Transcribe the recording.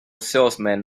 salesman